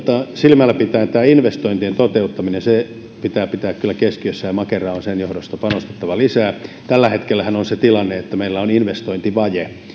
silmällä pitäen tämä investointien toteuttaminen pitää pitää kyllä keskiössä ja makeraan on sen johdosta panostettava lisää tällä hetkellähän on se tilanne että meillä on investointivaje